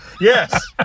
Yes